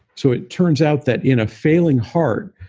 so it turns out that in a failing heart,